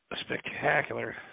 spectacular